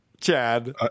Chad